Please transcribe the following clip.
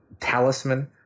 Talisman